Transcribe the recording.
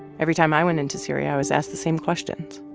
every time i went into syria, i was asked the same questions.